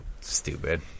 stupid